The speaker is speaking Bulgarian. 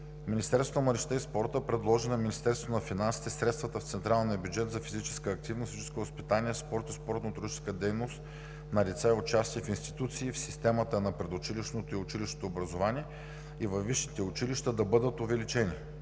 Министерството на младежта и спорта предложи на Министерството на финансите средствата в централния бюджет за физическа активност, физическо възпитание, спорт и спортно-туристическа дейност на деца и учащи в институции в системата на предучилищното и училищното образование и във висшите училища да бъдат увеличени.